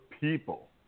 people